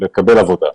לקבל עבודה.